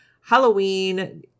Halloween